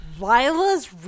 lila's